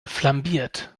flambiert